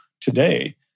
today